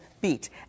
beat